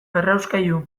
errauskailu